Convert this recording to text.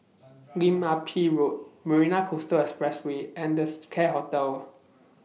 Lim Ah Pin Road Marina Coastal Expressway and The Seacare Hotel